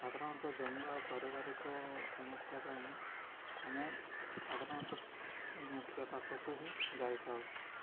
ସାଧାରଣତଃ ଜମି ଆଉ ପାରିବାରିକ ସମସ୍ୟା ପାଇଁ ଆମେ ସାଧାରଣତଃ ମୁଖିଆ ପାଖକୁ ହିଁ ଯାଇଥାଉ